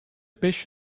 beş